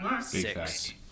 six